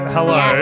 Hello